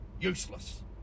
Useless